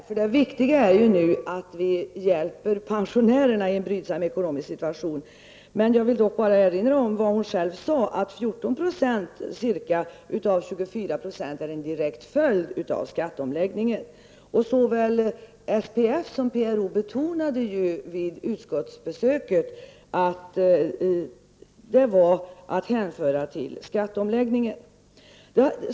Herr talman! Jag skall inte träta med Barbro Sandberg. Det viktiga är ju att vi i en brydsam situation hjälper pensionärerna. Jag vill dock erinra om vad Barbro Sandberg själv sade, nämligen att ca 14 % av 24 % är en direkt följd av skatteomläggningen. Såväl SPF som PRO betonade ju vid utskottsbesöket att det hela berodde på skatteomläggningen.